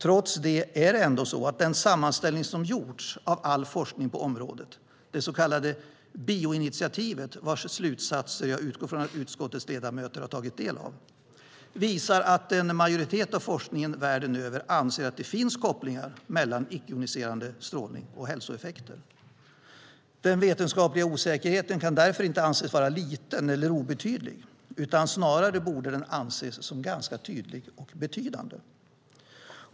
Trots det visar den sammanställning som har gjorts av all forskning på området - det så kallade bioinitiativet, vars slutsatser jag utgår från att utskottets ledamöter har tagit del av - att en majoritet av forskningen världen över anser att det finns kopplingar mellan icke-joniserande strålning och hälsoeffekter. Den vetenskapliga osäkerheten kan därför inte anses vara liten eller obetydlig, utan snarare borde den anses vara ganska tydlig och betydande.